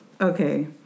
okay